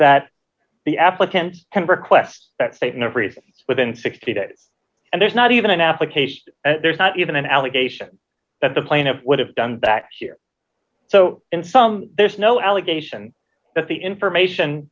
that the applicant can request that state and everything within sixty days and there's not even an application there's not even an allegation that the plaintiff would have done that here so in some there's no allegation that the information